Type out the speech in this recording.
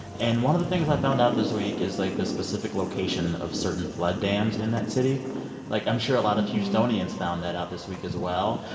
and one of the things i found out this week is, like, the specific location of certain flood dams in that city like, i'm sure a lot of houstonians found that out this week as well.